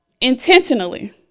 intentionally